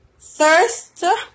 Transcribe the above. Thirst